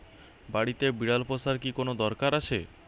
বাড়িতে বিড়াল পোষার কি কোন দরকার আছে?